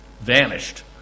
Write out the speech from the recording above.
vanished